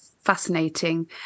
fascinating